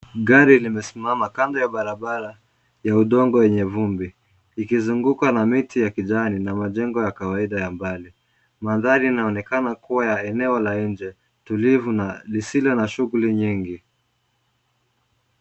Gari limesimama kando ya barabara ya udongo yenye vumbi ,likizungukwa na miti ya kijani na majengo ya kawaida ya mbali ,mandhari inaonekana kuwa ya enoeo la nje tulivu na lisilo na shughuli nyingi.